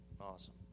Awesome